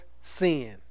sin